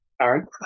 Aaron